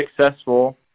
successful